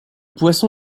poisson